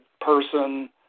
person